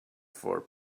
for